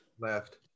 Left